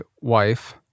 wife